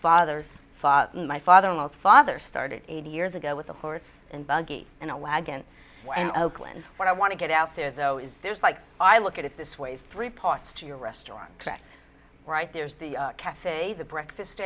father's father my father most father started eighty years ago with a horse and buggy in a wagon and oakland what i want to get out there though is there's like i look at it this way three parts to your correct right there's the cafe the breakfast